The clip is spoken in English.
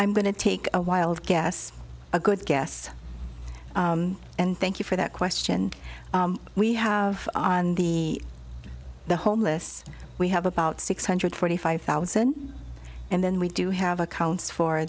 i'm going to take a wild guess a good guests and thank you for that question we have on the the homeless we have about six hundred forty five thousand and then we do have accounts for